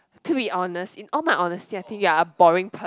to be honest in all my honesty I think you are a boring person